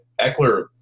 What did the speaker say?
Eckler